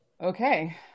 Okay